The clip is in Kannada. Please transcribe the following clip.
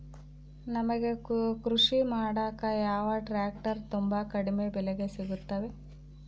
ನಮಗೆ ಕೃಷಿ ಮಾಡಾಕ ಯಾವ ಟ್ರ್ಯಾಕ್ಟರ್ ತುಂಬಾ ಕಡಿಮೆ ಬೆಲೆಗೆ ಸಿಗುತ್ತವೆ?